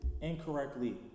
incorrectly